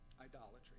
Idolatry